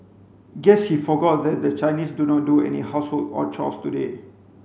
guess he forgot that the Chinese do not do any housework or chores today